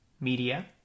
media